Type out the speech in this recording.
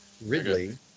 Ridley